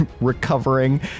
recovering